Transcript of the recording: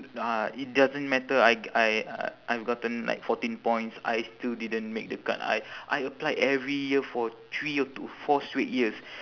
uh it doesn't matter I g~ I I've gotten like fourteen points I still didn't make the cut I I applied every year for three or two four straight years